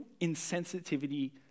insensitivity